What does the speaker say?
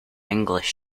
english